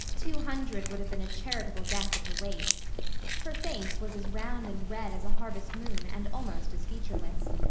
two hundred would have been a charitable guess at her weight her face was as round and red as a harvest-moon and almost as featureless.